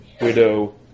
widow